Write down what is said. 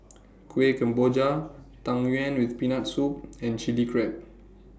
Kueh Kemboja Tang Yuen with Peanut Soup and Chili Crab